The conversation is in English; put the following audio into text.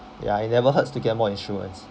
ya it never hurts to get more insurance